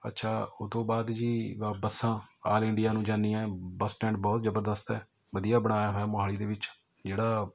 ਅੱਛਾ ਉਹ ਤੋਂ ਬਾਅਦ ਜੀ ਬ ਬੱਸਾਂ ਆਲ ਇੰਡੀਆ ਨੂੰ ਜਾਂਦੀਆਂ ਬੱਸ ਸਟੈਂਡ ਬਹੁਤ ਜ਼ਬਰਦਸਤ ਹੈ ਵਧੀਆ ਬਣਾਇਆ ਹੋਇਆ ਮੋਹਾਲੀ ਦੇ ਵਿੱਚ ਜਿਹੜਾ